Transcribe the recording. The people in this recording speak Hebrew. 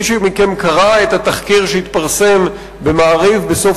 מי מכם שקרא את התחקיר שהתפרסם ב"מעריב" בסוף